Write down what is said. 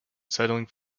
settling